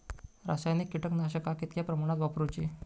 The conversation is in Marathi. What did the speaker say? रासायनिक कीटकनाशका कितक्या प्रमाणात वापरूची?